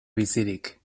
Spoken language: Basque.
bizirik